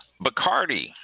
Bacardi